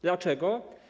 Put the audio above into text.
Dlaczego?